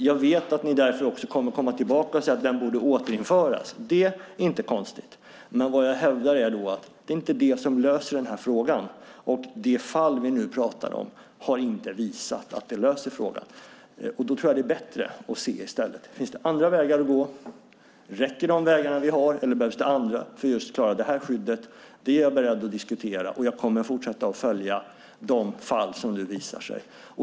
Jag vet att ni därför kommer att komma tillbaka och säga att den borde återinföras. Det är inte konstigt, men jag hävdar att det inte löser den aktuella frågan, och det fall vi nu talar om har inte visat att det löser den. Därför tror jag att det är bättre att se om de vägar vi har räcker eller om det behövs andra vägar för att klara just detta skydd. Det är jag beredd att diskutera, och jag kommer att fortsätta att följa de fall som nu visar sig.